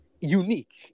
unique